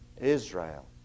Israel